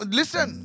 listen